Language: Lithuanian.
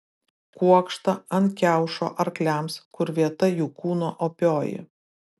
kuokštą ant kiaušo arkliams kur vieta jų kūno opioji